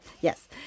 Yes